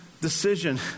decision